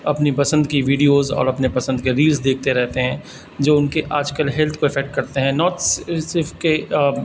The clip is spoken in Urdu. اپنی پسند کی ویڈیوز اور اپنے پسند کے ریلز دیکھتے رہتے ہیں جو ان کے آج کل ہیلتھ کو افیکٹ کرتے ہیں ناٹ صرف کہ